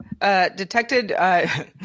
detected